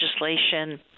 legislation